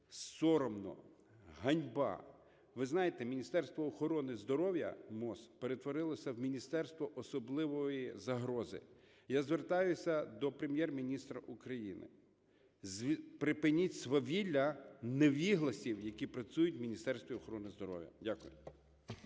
соромно, ганьба. Ви знаєте, Міністерство охорони здоров'я, МОЗ, перетворилося в Міністерство особливої загрози. Я звертаюся до Прем'єр-міністра України: припиніть свавілля невігласів, які працюють у Міністерстві охорони здоров'я. Дякую.